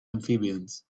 amphibians